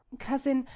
cousin,